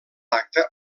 acte